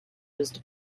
used